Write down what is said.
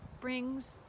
brings